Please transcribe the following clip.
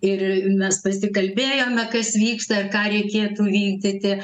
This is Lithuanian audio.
ir mes pasikalbėjome kas vyksta ir ką reikėtų vykdyti